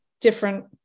different